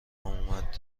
اومد